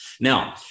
Now